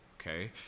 Okay